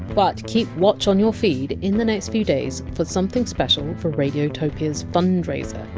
but keep watch on your feed in the next few days for something special for radiotopia! s fundraiser,